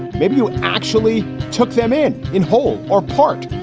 maybe you actually took them in in whole or part,